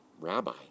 rabbi